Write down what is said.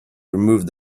removed